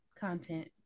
content